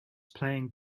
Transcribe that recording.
playing